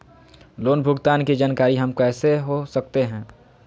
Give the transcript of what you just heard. Loan भुगतान की जानकारी हम कैसे हो सकते हैं?